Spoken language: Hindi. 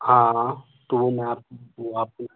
हाँ हाँ तो वह मैं आपको आपको